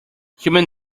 human